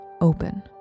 open